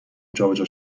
جابجا